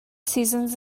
seasons